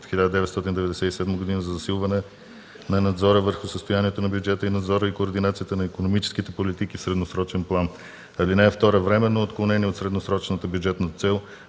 1466/1997 за засилване на надзора върху състоянието на бюджета и на надзора и координацията на икономическите политики в средносрочен план. (2) Временно отклонение от средносрочната бюджетна цел